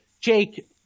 Jake